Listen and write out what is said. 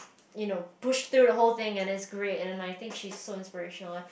you know push through the whole thing and it's great and I think she's so inspirational I